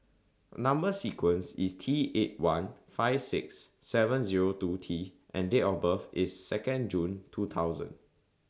Number sequence IS T eight one five six seven Zero two T and Date of birth IS Second June two thousand